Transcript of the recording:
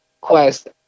quest